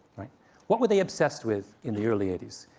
what were they obsessed with in the early eighty s?